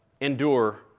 endure